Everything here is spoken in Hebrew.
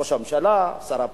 ראש הממשלה, שר הפנים,